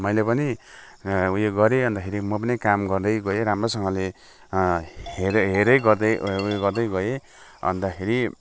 मैले पनि उयो गरेँ अन्तखेरि म पनि काम गर्दै गएँ राम्रैसँगले हेरेँ हेरेँ गर्दै उयो गर्दै गएँ अन्तखेरि